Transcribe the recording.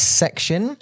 section